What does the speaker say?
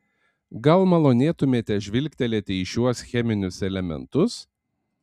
gal malonėtumėte žvilgtelėti į šiuos cheminius elementus